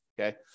Okay